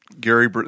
Gary